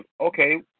okay